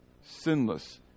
sinless